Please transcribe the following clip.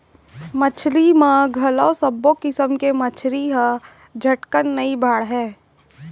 मछरी म घलौ सब्बो किसम के मछरी ह झटकन नइ बाढ़य